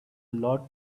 lot